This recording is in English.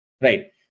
right